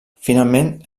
finalment